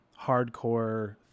hardcore